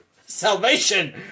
salvation